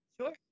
Sure